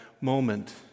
moment